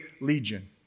legion